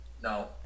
no